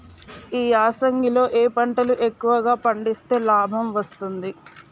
ఈ యాసంగి లో ఏ పంటలు ఎక్కువగా పండిస్తే లాభం వస్తుంది?